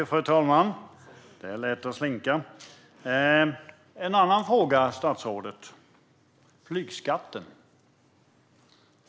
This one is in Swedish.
Fru talman! En annan fråga, statsrådet: flygskatten.